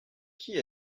qui